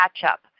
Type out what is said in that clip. catch-up